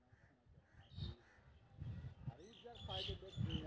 स्वास्थ्य सीमा कोना करायब?